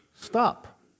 stop